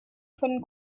können